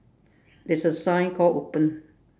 there's a sign called open